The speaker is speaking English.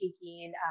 taking